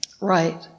right